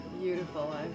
beautiful